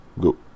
go